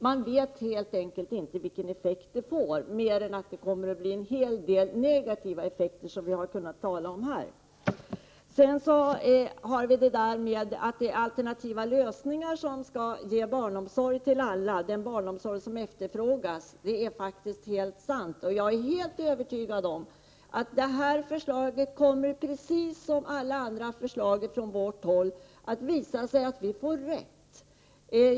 Man vet helt enkelt inte vilken effekt det får, mer än att det kommer att bli en hel del negativa effekter, vilka vi har kunnat tala om här. Att alternativa lösningar kan ge barnomsorg till alla och den barnomsorg som efterfrågas är faktiskt sant. Jag är helt övertygad om att det förslaget, precis som alla andra förslag från vårt håll, kommer att visa att vi får rätt.